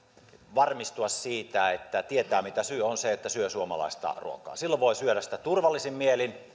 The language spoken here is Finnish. varmistua siitä että tietää mitä syö on se että syö suomalaista ruokaa silloin voi syödä sitä turvallisin mielin